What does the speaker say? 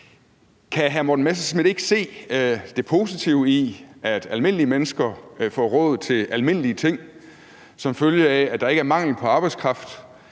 Kan hr. Morten Messerschmidt ikke se det positive i, at almindelige mennesker får råd til almindelige ting som følge af, at der ikke er mangel på arbejdskraft,